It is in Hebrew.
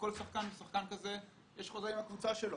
לכל שחקן ושחקן כזה יש חוזה עם הקבוצה שלו.